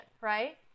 right